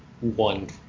one